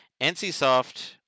NCSoft